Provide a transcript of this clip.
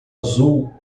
azul